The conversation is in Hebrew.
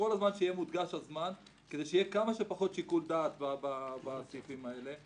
כל הזמן שיהיה מודגש הזמן כדי שיהיה כמה שפחות שיקול דעת בסעיפים האלה.